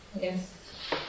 Yes